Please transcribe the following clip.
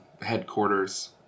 headquarters